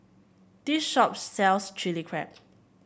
this shop sells Chili Crab